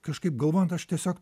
kažkaip galvojant aš tiesiog